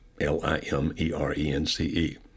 L-I-M-E-R-E-N-C-E